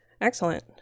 Excellent